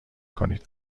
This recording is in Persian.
کنید